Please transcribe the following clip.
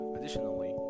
Additionally